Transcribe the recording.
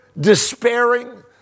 despairing